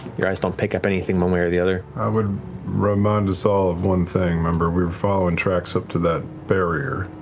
your eyes don't pick up anything one way or the other. travis i would remind us all of one thing. remember, we were following tracks up to that barrier.